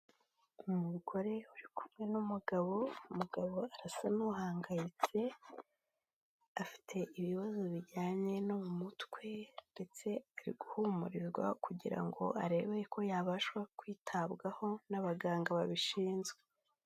Umugore uri kumwe n'umugabo, umugabo arasa n'uhangayitse, afite ibibazo bijyanye no mu mutwe ndetse ari guhumurirwa kugira ngo arebe ko yabasha kwitabwaho n'abaganga babishinzwe.